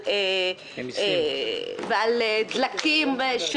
ועל דלקים,